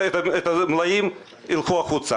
את המלאים הם ילכו הביתה.